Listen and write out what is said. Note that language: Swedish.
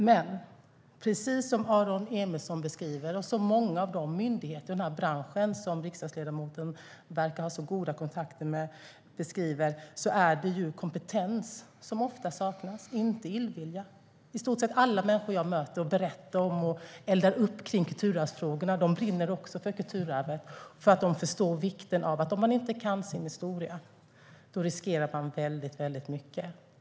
Men precis som Aron Emilsson beskriver och som många av de myndigheter i branschen som riksdagsledamoten verkar ha så goda kontakter med beskriver är problemet kompetens, som ofta saknas, och inte illvilja. I stort sett alla människor jag möter, berättar för och eldar upp i kulturarvsfrågorna brinner också för kulturarvet eftersom de förstår vikten av det. Om man inte kan sin historia riskerar man väldigt mycket.